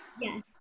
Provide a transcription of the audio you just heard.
Yes